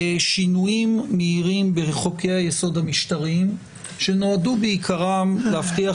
שינויים מהירים בחוקי היסוד המשטריים שנועדו בעיקרם להבטיח